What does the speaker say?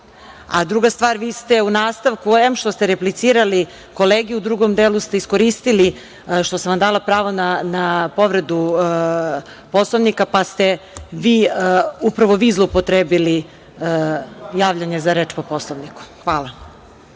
stvar, vi ste u nastavku replicirali kolegi, a u drugom delu ste iskoristili što sam vam dala pravo na povredu Poslovnika, pa ste upravo vi zloupotrebili javljanje za reč po Poslovniku. Hvala. Reč